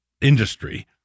industry